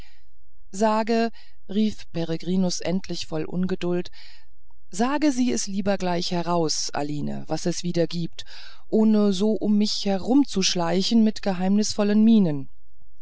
sage rief peregrinus endlich voll ungeduld sage sie es nur lieber gleich heraus aline was es wieder gibt ohne so um mich herumzuschleichen mit geheimnisvollen mienen